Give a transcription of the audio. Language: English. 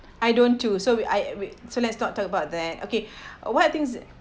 I don't too so I wait so let's talk talk about that okay what things